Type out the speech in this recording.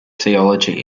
theology